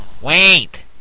Wait